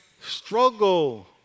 struggle